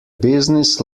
business